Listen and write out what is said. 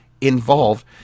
involved